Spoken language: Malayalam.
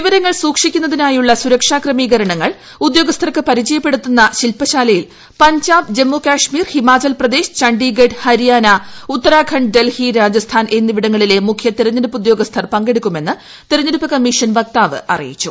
വിവരങ്ങൾ സൂക്ഷിക്കുന്നതിനായുള്ള സുരക്ഷാ ക്രമീകരണങ്ങൾ ഉദ്യോഗസ്ഥർക്ക് പരിചയപ്പെടുത്തുന്ന ശിൽപശാലയിൽ പഞ്ചാബ് ജമ്മു കാശ്മീർ ഹിമാചൽപ്രദേശ് ചണ്ടിഗഢ് ഹരിയാന ഉത്തരാഖണ്ഡ് ഡൽഹി രാജസ്ഥാൻ എന്നിവിടങ്ങളിലെ മുഖ്യ തിരഞ്ഞെടുപ്പ് ഉദ്യോഗസ്ഥർ പങ്കെടുക്കുമെന്ന് തിരഞ്ഞെടുപ്പ് കമ്മീഷൻ വക്താവ് അറിയിച്ചു